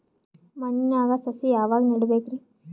ಮಣ್ಣಿನಾಗ ಸಸಿ ಯಾವಾಗ ನೆಡಬೇಕರಿ?